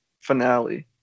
finale